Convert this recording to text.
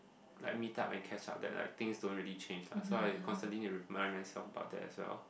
like meet up and catch up then like things don't really change lah so I constantly need to remind myself about that as well